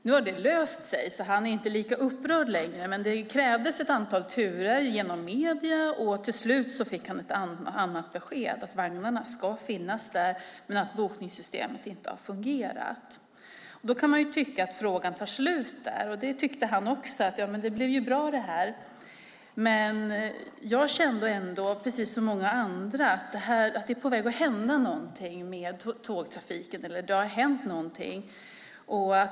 Nu har det löst sig, så han är inte lika upprörd längre, men det krävdes ett antal turer genom medierna innan han till slut fick ett annat besked: Vagnarna ska finnas där, men bokningssystemet har inte fungerat. Man kan tycka att frågan tar slut där, och det tyckte han också, för det blev ju bra. Men jag kände ändå, precis som många andra, att det har hänt någonting med tågtrafiken.